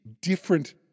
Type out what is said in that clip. different